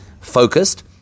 focused